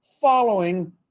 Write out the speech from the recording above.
following